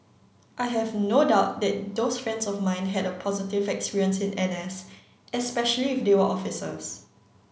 I have no doubt that those friends of mine had a positive experience in N S especially if they were officers